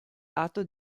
lato